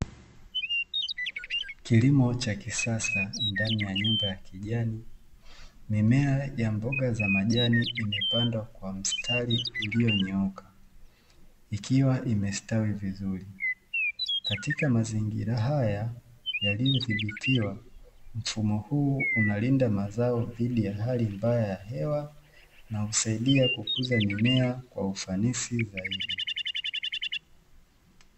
Kilimo cha kisasa ndani ya nyumba ya kijani, mimea ya mboga ya majani imepandwa kwa mstari iliyonyooka, ikiwa imestawi vizuri katika mazingira haya yaliyothibitiwa mfumo huu unalinda mazao zidi ya hali mbaya ya hewa na husaidia kukuza mimea kwa ufanisi zaidi.